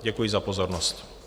Děkuji za pozornost.